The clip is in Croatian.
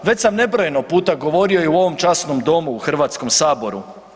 Već sam nebrojeno puta govorio i u ovom časnom domu u Hrvatskom saboru.